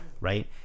Right